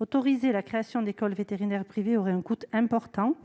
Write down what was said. Autoriser la création d'écoles vétérinaires privées aurait un coût important,